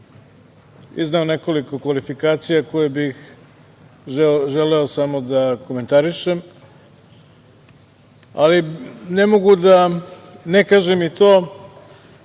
izneo nekoliko kvalifikacija koje bih želeo da prokomentarišem, ali ne mogu da ne kažem i to,